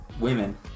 women